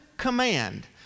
Command